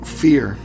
fear